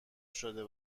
شده